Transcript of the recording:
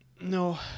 No